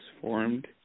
formed